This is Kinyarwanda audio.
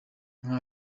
nka